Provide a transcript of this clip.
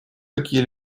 какие